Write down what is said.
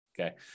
Okay